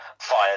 fired